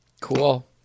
cool